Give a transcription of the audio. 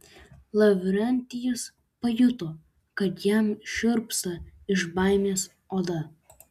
lavrentijus pajuto kad jam šiurpsta iš baimės oda